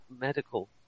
medical